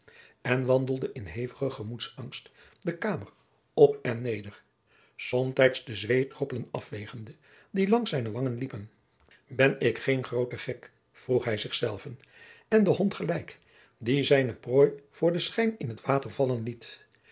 en wandelde in hevige gemoedsangst de kamer op en neder somtijds de zweetdroppelen afveegende die langs zijne wangen liepen ben ik geen groote gek vroeg hij zich zelven en den hond gelijk die zijne prooi voor den schijn in t water vallen liet